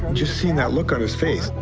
just seeing that look on his face,